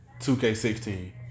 2K16